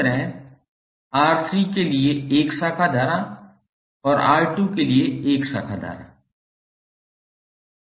इसी तरह R3 के लिए 1 शाखा धारा और R2 के लिए 1 शाखा धारा